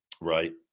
Right